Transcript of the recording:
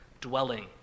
dwelling